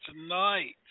tonight